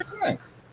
Thanks